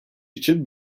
için